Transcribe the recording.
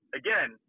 again